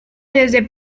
desde